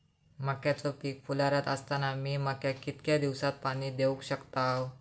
मक्याचो पीक फुलोऱ्यात असताना मी मक्याक कितक्या दिवसात पाणी देऊक शकताव?